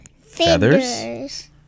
feathers